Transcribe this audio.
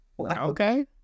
okay